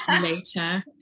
later